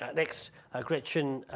ah next ah gretchen